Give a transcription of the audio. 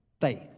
faith